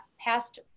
past